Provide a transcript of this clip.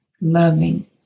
loving